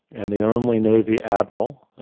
and the only navy admiral,